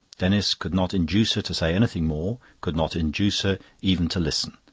denis could not induce her to say anything more, could not induce her even to listen.